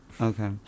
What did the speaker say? okay